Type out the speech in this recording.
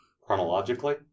chronologically